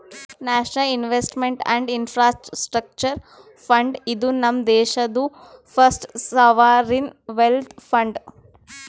national investment and infrastructure fund, ಇದು ನಮ್ ದೇಶಾದು ಫಸ್ಟ್ ಸಾವರಿನ್ ವೆಲ್ತ್ ಫಂಡ್